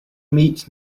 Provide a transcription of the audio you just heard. meet